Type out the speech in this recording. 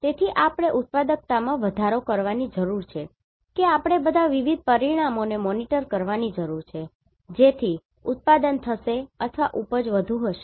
તેથી આપણે ઉત્પાદકતામાં વધારો કરવાની જરૂર છે કે આપણે બધા વિવિધ પરિમાણોને મોનિટર કરવાની જરૂર છે જેથી ઉત્પાદન થશે અથવા ઉપજ વધુ હશે